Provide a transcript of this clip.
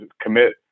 commit